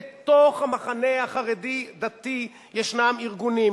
בתוך המחנה החרדי-דתי יש ארגונים,